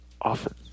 often